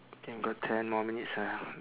K got ten more minutes ah